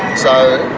so,